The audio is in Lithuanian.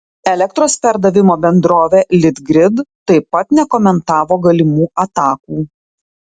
elektros perdavimo bendrovė litgrid taip pat nekomentavo galimų atakų